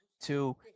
two